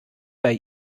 bei